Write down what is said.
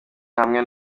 hamwe